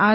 R